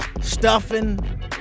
stuffing